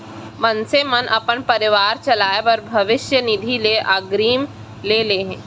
मनसे मन अपन परवार चलाए बर भविस्य निधि ले अगरिम ले हे